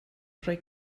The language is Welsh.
rhoi